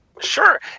Sure